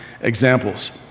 examples